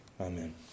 Amen